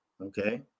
okay